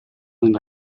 nella